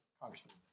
Congressman